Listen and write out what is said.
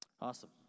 Awesome